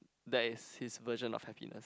that is his version of happiness